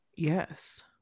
Yes